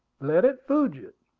let it fugit!